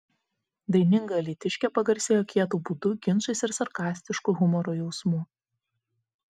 daininga alytiškė pagarsėjo kietu būdu ginčais ir sarkastišku humoro jausmu